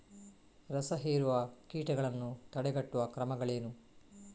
ರಸಹೀರುವ ಕೀಟಗಳನ್ನು ತಡೆಗಟ್ಟುವ ಕ್ರಮಗಳೇನು?